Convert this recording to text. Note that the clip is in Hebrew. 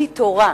על-פי התורה.